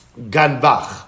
Ganbach